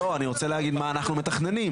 לא אני רוצה להגיד מה אנחנו מתכננים,